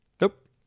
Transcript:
Nope